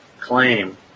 claim